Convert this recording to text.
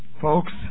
Folks